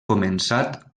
començat